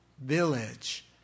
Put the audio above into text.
village